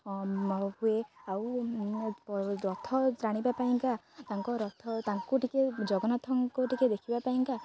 ହୁଏ ଆଉ ରଥ ଟାଣିବା ପାଇଁକା ତାଙ୍କ ରଥ ତାଙ୍କୁ ଟିକେ ଜଗନ୍ନାଥଙ୍କୁ ଟିକେ ଦେଖିବା ପାଇଁକା